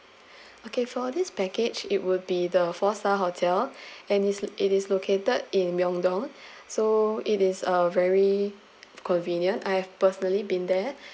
okay for this package it will be the four star hotel and is it is located in myeongdong so it is a very convenient I've personally been there